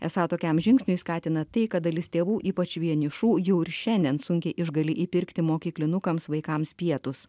esą tokiam žingsniui skatina tai kad dalis tėvų ypač vienišų jau ir šiandien sunkiai išgali įpirkti mokyklinukams vaikams pietus